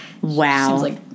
Wow